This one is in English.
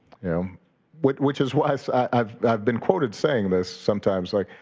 um which which is why i've i've been quoted saying this sometimes. like